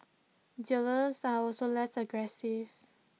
dealers are also less aggressive